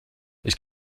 ich